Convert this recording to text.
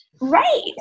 Right